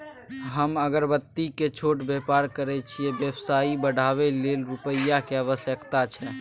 हम अगरबत्ती के छोट व्यापार करै छियै व्यवसाय बढाबै लै रुपिया के आवश्यकता छै?